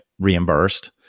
reimbursed